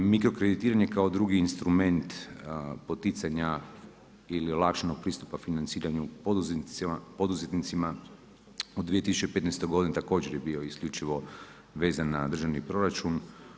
Mikrokreditiranje kao drugi instrument poticanja ili olakšanog pristupa financiranju poduzetnicima u 2015. godini također je bio isključivo vezan na državni proračun.